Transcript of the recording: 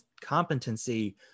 competency